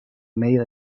medio